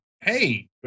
hey